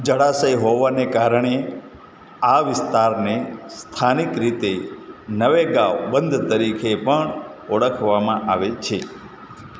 જળાશય હોવાને કારણે આ વિસ્તારને સ્થાનિક રીતે નવેગાંવ બંધ તરીકે પણ ઓળખવામાં આવે છે